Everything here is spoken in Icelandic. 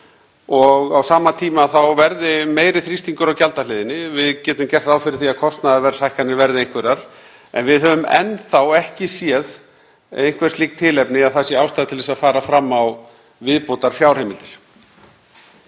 og á sama tíma verði meiri þrýstingur á gjaldahliðinni. Við getum gert ráð fyrir því að kostnaðarverðshækkanir verði einhverjar en við höfum enn ekki séð einhver slík tilefni að ástæða sé til að fara fram á viðbótarfjárheimildir.